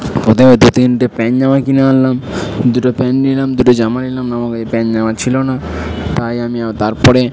প্রথমে দু তিনটে প্যান্ট জামা কিনে আনলাম দুটো প্যান্ট নিলাম দুটো জামা নিলাম কারণ আমার এই প্যান্ট জামা ছিলো না তাই আমি তারপরে